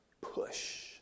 Push